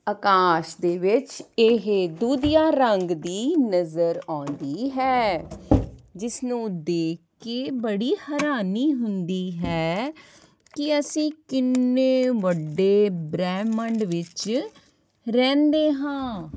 ਆਕਾਸ਼ ਦੇ ਵਿੱਚ ਇਹ ਦੁਧੀਆ ਰੰਗ ਦੀ ਨਜ਼ਰ ਆਉਂਦੀ ਹੈ ਜਿਸ ਨੂੰ ਦੇਖ ਕੇ ਬੜੀ ਹੈਰਾਨੀ ਹੁੰਦੀ ਹੈ ਕਿ ਅਸੀਂ ਕਿੰਨੇ ਵੱਡੇ ਬ੍ਰਹਮੰਡ ਵਿੱਚ ਰਹਿੰਦੇ ਹਾਂ